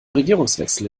regierungswechsel